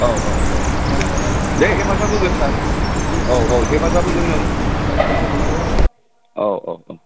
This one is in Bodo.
औ औ औ दे हेफाजाब होगोन सार औ औ हेफाजाब होगोन नों औ औ औ